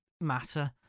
matter